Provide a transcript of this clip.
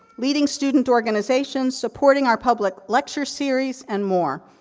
leading student organizations, supporting our public lecture series, and more.